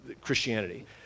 Christianity